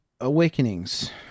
awakenings